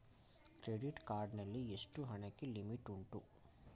Credit card ನಲ್ಲಿ ಎಷ್ಟು ಹಣಕ್ಕೆ ಲಿಮಿಟ್ ಉಂಟು?